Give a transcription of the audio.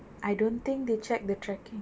I don't think they check the tracking